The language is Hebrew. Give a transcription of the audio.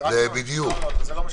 זה בדיוק.